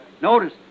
Notice